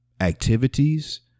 Activities